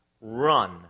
Run